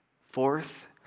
Fourth